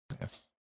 yes